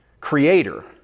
creator